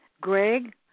Greg